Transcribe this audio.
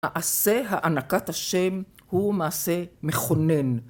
מעשה הענקת השם הוא מעשה מכונן.